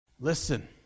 Listen